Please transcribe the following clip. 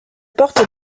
portent